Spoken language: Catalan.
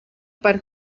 per